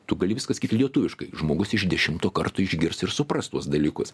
tu gali viską sakyt lietuviškai žmogus iš dešimto karto išgirs ir supras tuos dalykus